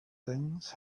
things